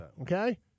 Okay